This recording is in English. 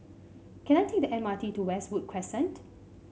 can I take the M R T to Westwood Crescent